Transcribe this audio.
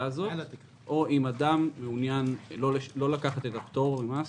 הזאת או אם אדם מעוניין לא לקחת את הפטור ממס,